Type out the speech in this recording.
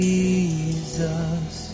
Jesus